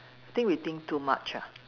think we think too much ah